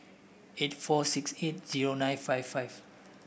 eight four six eight zero nine five five